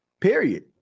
period